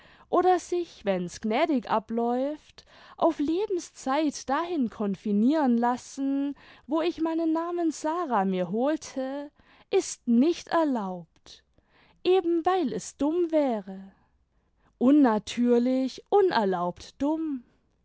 oder sich wenn's gnädig abläuft auf lebenszeit dahin konfiniren lassen wo ich meinen namen sara mir holte ist nicht erlaubt eben weil es dumm wäre unnatürlich unerlaubt dumm